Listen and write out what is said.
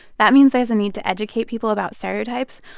that means there's a need to educate people about stereotypes.